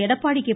Edappadi K